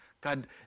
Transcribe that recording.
God